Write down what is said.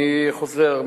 אני חוזר.